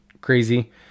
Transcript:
crazy